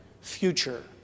future